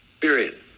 Period